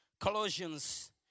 Colossians